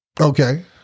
Okay